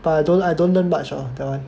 but I don't I don't learn much lor that one